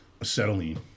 Acetylene